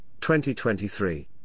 2023